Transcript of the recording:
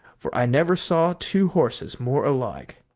for i never saw two horses more alike.